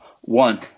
One